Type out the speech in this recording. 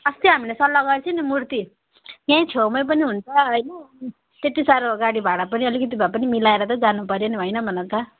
अस्ति हामीले सल्लह गरेको थियाँ नि मुर्ती त्यहीँ छेउमै पनि हुन्छ होइन त्यति साह्रो गाडी भाडा पनि अलिकति भए पनि मिलाएर त जानु पर्यो नि होइन भन त